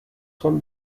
خوام